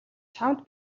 чамд